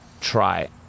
try